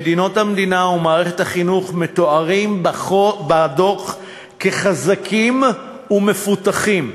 מוסדות המדינה ומערכת החינוך מתוארים בדוח כחזקים ומפותחים,